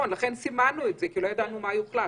אבל אני לא מבינה איך הוא מעוגן בנוסח המוצע.